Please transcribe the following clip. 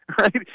right